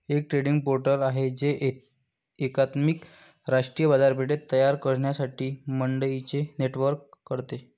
एक trading portal आहे जे एकात्मिक राष्ट्रीय बाजारपेठ तयार करण्यासाठी मंडईंचे नेटवर्क करते